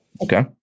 Okay